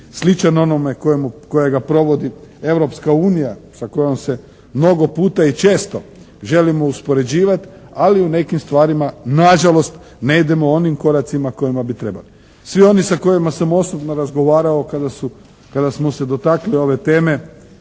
sličan onome kojemu, kojega provodi Europska unija sa kojom se mnogo puta i često želimo uspoređivati, ali u nekim stvarima nažalost ne idemo onim koracima kojima bi trebali. Svi oni sa kojima sam osobno razgovarao kada su, kada smo se dotakli ove teme